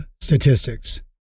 statistics